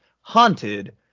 haunted